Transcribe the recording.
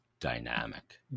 dynamic